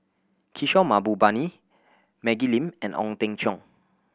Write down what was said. Kishore Mahbubani Maggie Lim and Ong Teng Cheong